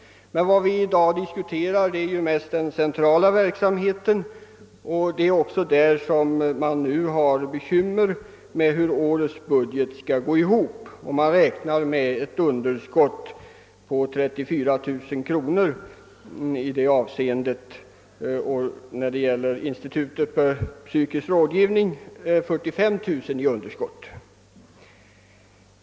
Vad vi i dag diskuterar är emellertid mest den centrala verksamheten, och det är för denna som man har bekymmer med att få årets budget ätt gå ihop. Man räknar där med ett underskott på 34000 kronor; för "institutet: för psykisk rådgivning räknar : man. med ett" underskott på 45 000 kronor.